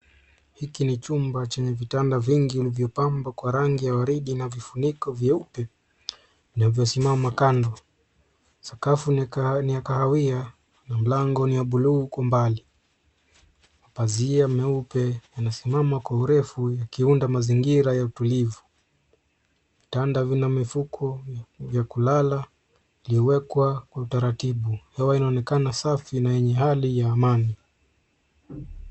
Hiki ni chumba chenye vitanda vingi, vilivyopambwa kwa rangi ya waridi na vifuniko vyeupe, vinavyosimama kando. sakafu ni ya kahawia na mlango ni wa bluu kwa umbali. Mapazia meupe yanasimama kwa urufu ukiunda mazingira ya utulivu. Vitanda vina mifuko vya kulala vimewekwa kwa utaratibu. Hewa inaonekana safi na yenye hali ya amani.